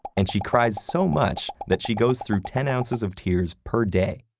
and she cries so much that she goes through ten ounces of tears per day,